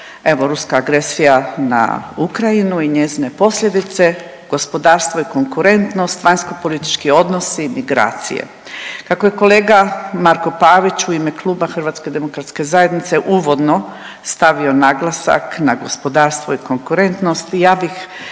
evo ruska agresija na Ukrajinu i njezine posljedice, gospodarstvo i konkurentnost, vanjsko-politički odnosi, migracije. Kako je kolega Marko Pavić u ime kluba Hrvatske demokratske zajednice uvodno stavio naglasak na gospodarstvo i konkurentnost ja bih